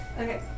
Okay